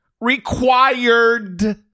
required